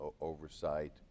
oversight